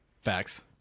Facts